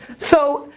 so,